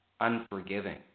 unforgiving